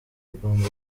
igomba